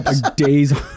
days